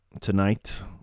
Tonight